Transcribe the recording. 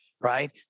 right